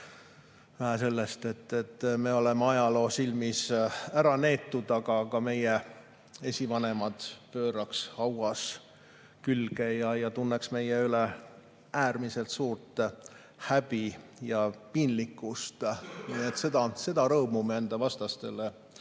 sellest, et me oleme ajaloo silmis ära neetud – meie esivanemad pööraks hauas külge ja tunneks meie pärast äärmiselt suurt häbi ja piinlikkust. Seda rõõmu me enda vastastele